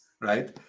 Right